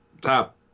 top